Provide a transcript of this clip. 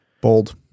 Bold